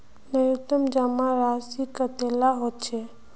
न्यूनतम जमा राशि कतेला होचे?